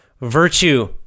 virtue